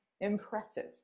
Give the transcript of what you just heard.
impressive